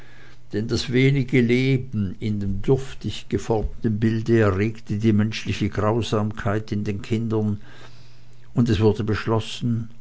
das wenige leben in dem dürftig geformten bilde erregte die menschliche grausamkeit in den kindern und es wurde beschlossen